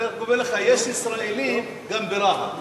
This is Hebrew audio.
אני רק אומר לך, יש ישראלים גם ברהט.